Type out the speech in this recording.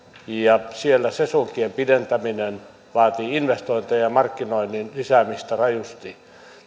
ja siellä sesonkien pidentäminen vaatii investointeja ja markkinoinnin lisäämistä rajusti